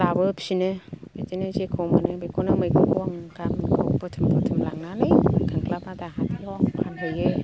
लाबोफिनो बिदिनो जेखौ मोनो बिखौनो मैगंखौ आंङो गामिनिखौ बुथुम बुथुम लांनानै खांख्ला बादा हाथायाव आं फानहैयो